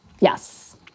Yes